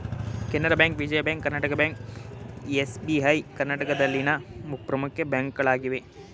Canara bank, Vijaya bank, Karnataka bank, SBI ಕರ್ನಾಟಕದಲ್ಲಿನ ಪ್ರಮುಖ ಬ್ಯಾಂಕ್ಗಳಾಗಿವೆ